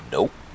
Nope